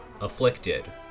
afflicted